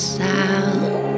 sound